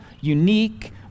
unique